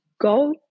go